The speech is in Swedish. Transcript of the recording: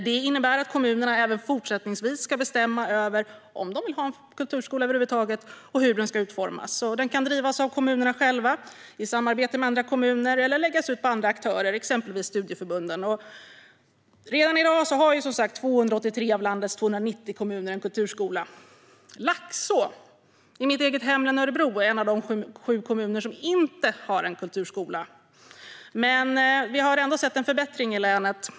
Det innebär att kommunerna även fortsättningsvis ska bestämma över om de vill ha en kulturskola över huvud taget och hur den ska utformas. Den kan drivas av kommunerna själva i samarbete med andra kommuner eller läggas ut på andra aktörer, exempelvis studieförbunden. Redan i dag har 283 av landets 290 kommuner en kulturskola. Laxå, i mitt eget hemlän Örebro, är en av de sju kommuner som inte har en kulturskola. Men vi har ändå sett en förbättring i länet.